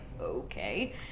okay